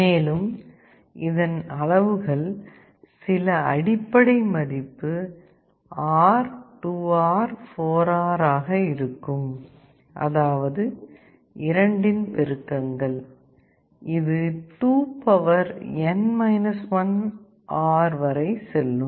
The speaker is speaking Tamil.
மேலும் இதன் அளவுகள் சில அடிப்படை மதிப்பு R 2R 4R ஆக இருக்கும் அதாவது 2 இன் பெருக்கங்கள் இது 2n 1 R வரை செல்லும்